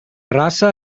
raça